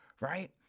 right